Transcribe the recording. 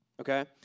okay